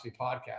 Podcast